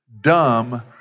dumb